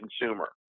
consumer